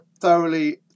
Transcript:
thoroughly